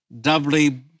doubly